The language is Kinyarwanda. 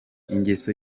ingeso